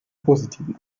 positiven